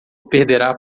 perderá